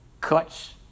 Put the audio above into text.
cuts